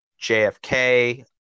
JFK